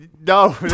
no